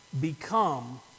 Become